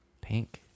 Pink